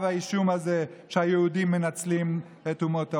האישום הזה שהיהודים מנצלים את אומות העולם,